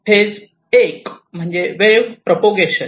phase 1 म्हणजे wave propagation